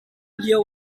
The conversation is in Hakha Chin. lio